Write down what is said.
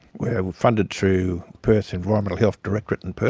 we are funded through perth environmental health directorate in perth.